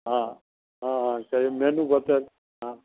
हँ हँ सही मेनु बताउ हँ